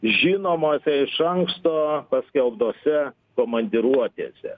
žinomose iš anksto paskelbtose komandiruotėse